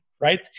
right